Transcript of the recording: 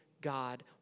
God